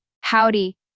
Howdy